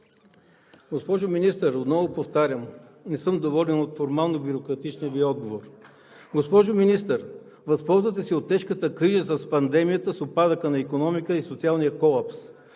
Госпожо Министър, отново повтарям: не съм доволен от формално бюрократичния Ви отговор. Госпожо Министър, възползвате се от тежката криза с пандемията, с упадъка на икономиката и социалния колапс.